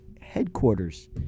headquarters